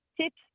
Tips